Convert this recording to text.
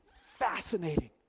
fascinating